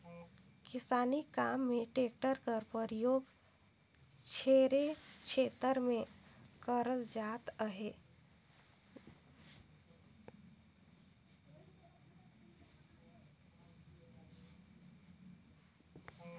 किसानी काम मे टेक्टर कर परियोग ढेरे छेतर मे करल जात अहे